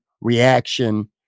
reaction